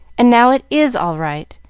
and now it is all right,